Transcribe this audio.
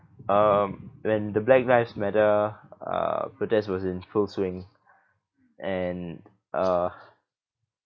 um when the black lives matter uh protest was in full swing and uh